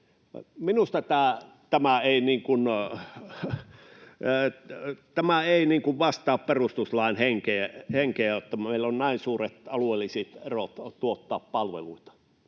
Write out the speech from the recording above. Minusta tämä ei vastaa perustuslain henkeä, että meillä on näin suuret alueelliset erot tuottaa palveluita,